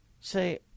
say